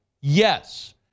Yes